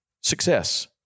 success